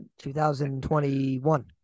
2021